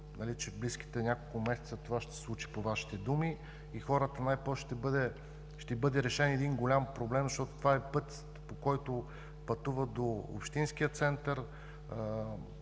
че в близките няколко месеца това ще се случи, по Вашите думи. Най-после ще бъде решен голям проблем, защото това е път, по който пътуват до Общинския център.